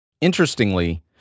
Interestingly